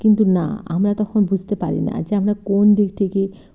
কিন্তু না আমরা তখন বুঝতে পারি না যে আমরা কোন দিক থেকে